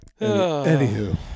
Anywho